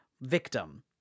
victim